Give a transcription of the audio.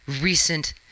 recent